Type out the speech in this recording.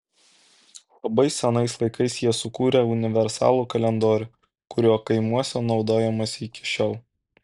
labai senais laikais jie sukūrė universalų kalendorių kuriuo kaimuose naudojamasi iki šiol